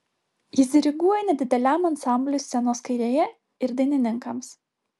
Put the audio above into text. jis diriguoja nedideliam ansambliui scenos kairėje ir dainininkams